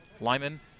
Lyman